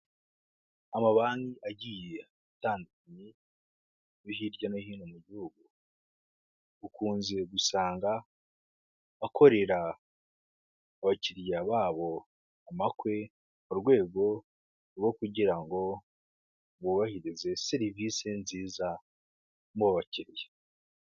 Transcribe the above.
Amabanki agiye atandukanye yo hirya no hino mu gihugu ukunze gusanga akorera abakiriya babo amakwe mu rwego rwo kugira ngo bubahirize serivisi nziza mu bakiriya.